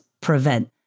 prevent